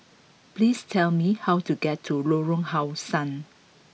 please tell me how to get to Lorong How Sun